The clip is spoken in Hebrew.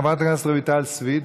חברת הכנסת רויטל סויד.